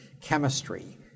chemistry